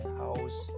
house